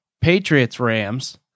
Patriots-Rams